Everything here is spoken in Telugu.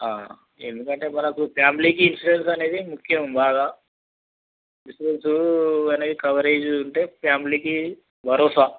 ఎందుకంటే మనకు ఫ్యామిలీకి ఇన్సూరెన్స్ అనేది ముఖ్యం బాగా ఇన్సూరెన్స్ అనేది కవరేజ్ ఉంటే ఫ్యామిలికి భరోసా